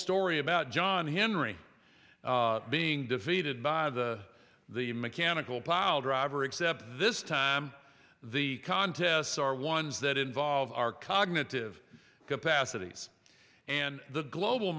story about john henry being defeated by the mechanical plow driver except this time the contests are ones that involve our cognitive capacities and the global